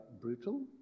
brutal